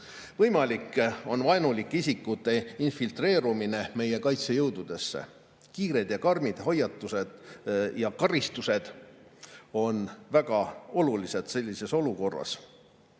Võimalik on vaenulike isikute infiltreerumine meie kaitsejõududesse. Kiired ja karmid hoiatused ja karistused on sellises olukorras